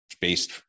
based